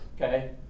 Okay